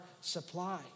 supply